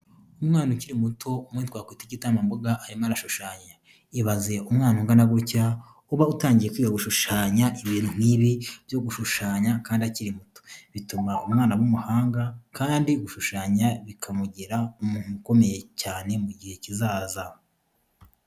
Umwana ukiri muto umwe twakwita igitambambuga arimo arashushanya. Ibaze umwana ungana gutya uba utangiye kwiga gukora ibintu nk'ibi byo gushushanya kandi akiri muto. Bituma umwana aba umuhanga kandi gushushanya bikamugira umuntu ukomeye cyane mu gihe kizaza.